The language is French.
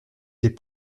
des